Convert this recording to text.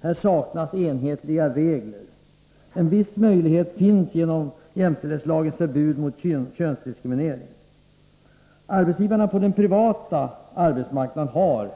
Här saknas enhetliga regler. En viss möjlighet finns genom jämställdhetslagens förbud mot könsdiskriminering. Arbetsgivarna på den privata arbetsmarknaden har